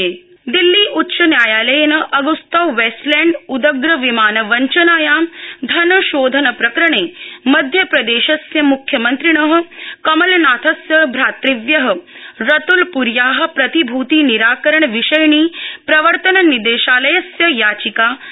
Delhi Agusta Delhi उच्चन्यायालयेन Agusta Westland उदग्रविमानवञ्चनायां धनशोधन प्रकरणे मध्यप्रदेशस्य मुख्यमन्त्रिण कमलनाथस्य भातृव्य रत्नपुर्या प्रतिभूति निराकरण विषयिणी प्रवर्तन निदेशालयस्य याचिका निरस्तीकृता